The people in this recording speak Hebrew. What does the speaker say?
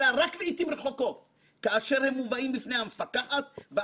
אלא רק לעיתים רחוקות כאשר הן מובאות בפני המפקחת על הבנקים